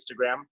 Instagram